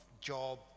job